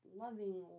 loving